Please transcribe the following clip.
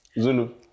Zulu